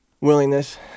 Willingness